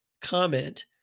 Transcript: comment